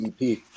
EP